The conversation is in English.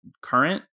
current